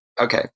Okay